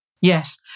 Yes